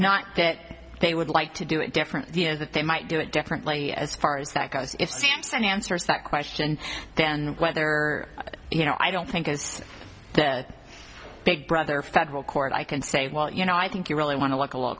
not that they would like to do it differently or that they might do it differently as far as that goes if sampson answers that question then whether you know i don't think it's that big brother federal court i can say well you know i think you really want to walk a l